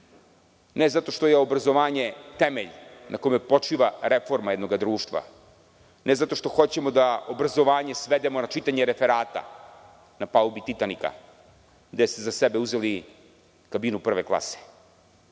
Ne zato što je obrazovanje temelj na kome počiva reforma jednog društva, ne zato što hoćemo da obrazovanje svedemo na čitanje referata na palubi „Titanika“ gde ste za sebe uzeli kabinu prve klase,